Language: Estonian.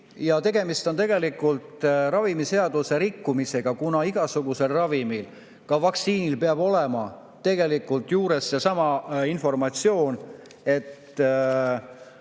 Tegemist on ravimiseaduse rikkumisega, kuna igasugusel ravimil, ka vaktsiinil peab olema tegelikult juures seesama informatsioon, et